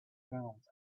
thrones